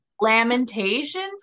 Lamentations